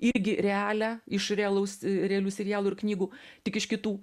irgi realią iš realaus realių serialų ir knygų tik iš kitų